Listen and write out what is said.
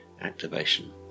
activation